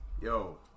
Yo